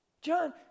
John